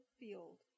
field